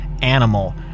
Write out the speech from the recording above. animal